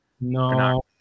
No